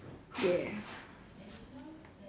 ya